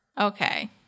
okay